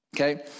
okay